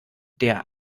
der